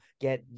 get